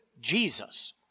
Jesus